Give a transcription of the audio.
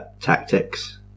Tactics